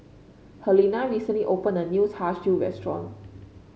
Helena recently opened a new Char Siu restaurant